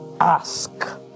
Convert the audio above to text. ask